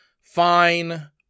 fine